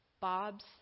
Bob's